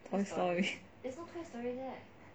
toy story